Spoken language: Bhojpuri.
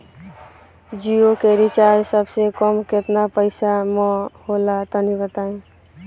जियो के रिचार्ज सबसे कम केतना पईसा म होला तनि बताई?